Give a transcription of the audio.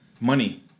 Money